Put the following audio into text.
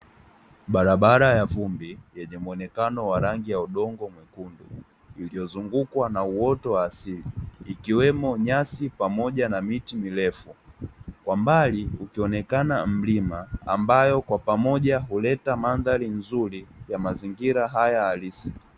Barabara ya vumbi yenye muonekano wa rangi ya udongo mwekundu, iliyozungukwa na uoto asili, ikiwemo nyasi pamoja na miti mirefu kwa mbali ukionekana mlima ambayo kwa pamoja huleta mandhari nzuri ya mazingira haya halisi.